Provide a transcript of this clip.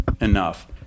enough